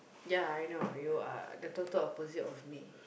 ya I know you are the total opposite of me